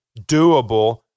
doable